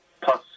Plus